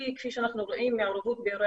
גם בהצגה של הגב' נג'וא וגם הגב'